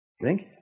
Drink